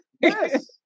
Yes